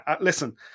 listen